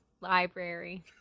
library